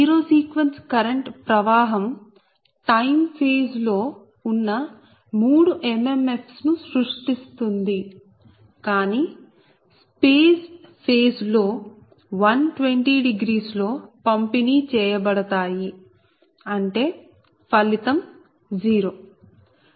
zero sequence current ప్రవాహం time phase లో ఉన్న మూడు ఎంఎంఎఫ్స్ mmf's ను సృష్టిస్తుంది కానీ స్పేస్ ఫేజ్ లో 1200 లో పంపిణీ చేయబడతాయి అంటే ఫలితం 0